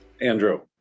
Andrew